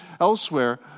elsewhere